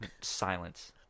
silence